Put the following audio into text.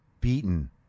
beaten